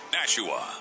Nashua